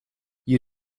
you